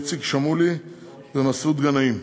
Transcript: איציק שמולי ומסעוד גנאים.